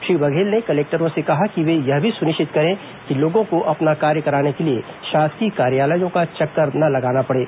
श्री बघेल ने कलेक्टरों से कहा कि वे यह भी सुनिश्चित करें कि लोगों को अपना कार्य कराने के लिए शासकीय कार्यालयों का चक्कर न लगाना पड़े